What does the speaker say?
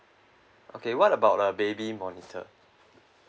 okay what about a baby monitor